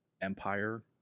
Empire